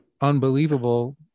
unbelievable